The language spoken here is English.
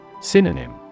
Synonym